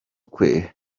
kwe